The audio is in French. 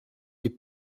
des